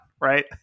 right